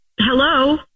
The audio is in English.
Hello